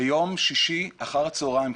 ביום שישי אחר הצהריים,